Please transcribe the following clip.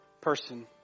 person